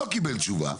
לא קיבל תשובה.